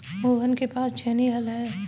मोहन के पास छेनी हल है